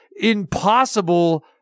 impossible